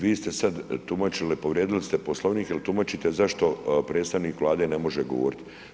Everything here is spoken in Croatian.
Vi ste sad tumačili, povrijedili ste Poslovnik jel tumačite zašto predstavnik Vlade ne može govorit.